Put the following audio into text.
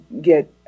get